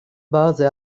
base